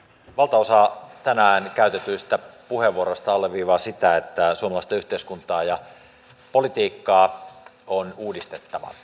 valtaosa tänään käytetyistä puheenvuoroista alleviivaa sitä että suomalaista yhteiskuntaa ja politiikkaa on uudistettava